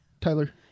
Tyler